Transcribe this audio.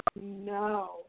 no